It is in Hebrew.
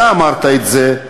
אתה אמרת את זה,